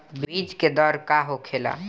बीज के दर का होखेला?